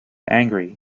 angry